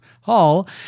Hall